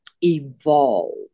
evolve